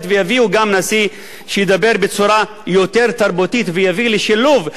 וגם יביאו נשיא שידבר בצורה יותר תרבותית ויביא לשילוב,